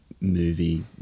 movie